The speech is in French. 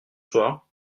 soir